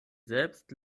selbst